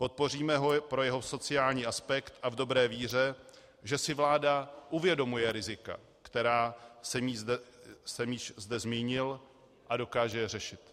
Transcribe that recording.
Podpoříme ho pro jeho sociální aspekt a v dobré víře, že si vláda uvědomuje rizika, která jsem již zde zmínil, a dokáže je řešit.